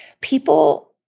people